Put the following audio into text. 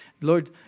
Lord